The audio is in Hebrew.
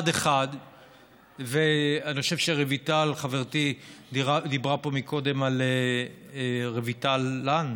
אני חושב שרויטל חברתי דיברה פה מקודם על רויטל לן,